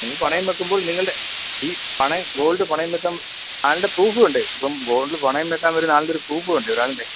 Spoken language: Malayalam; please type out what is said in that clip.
നിങ്ങൾ പണയം വക്കുമ്പോൾ നിങ്ങളുടെ ഈ പണയം ഗോൾഡ് പണയം വക്കാൻ ആളുടെ പ്രൂഫ് വേണ്ടെ ഇപ്പം ഗോൾഡ് പണയം വയ്ക്കാൻ വരുന്ന ആളുടെ ഒരു പ്രൂഫ് വേണ്ടെ ഒരാൾണ്ടെ